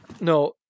no